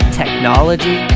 technology